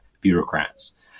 bureaucrats